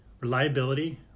Reliability